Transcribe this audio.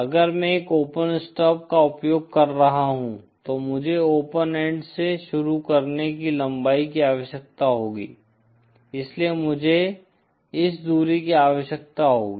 अगर मैं एक ओपन स्टब का उपयोग कर रहा हूं तो मुझे ओपन एंड से शुरू करने की लंबाई की आवश्यकता होगी इसलिए मुझे इस दूरी की आवश्यकता होगी